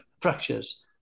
fractures